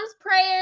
prayers